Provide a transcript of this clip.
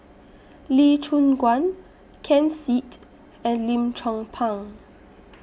Lee Choon Guan Ken Seet and Lim Chong Pang